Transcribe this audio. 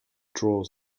draws